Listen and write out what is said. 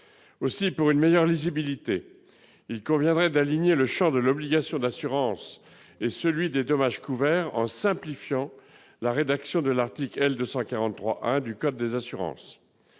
Pour une meilleure lisibilité, il conviendrait d'aligner le champ de l'obligation d'assurance et celui des dommages couverts, en simplifiant la rédaction de l'article L. 243-1-1 du code des assurances.